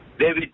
David